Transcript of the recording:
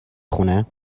خونه